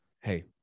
Hey